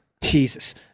Jesus